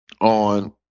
on